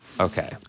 Okay